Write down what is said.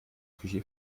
küche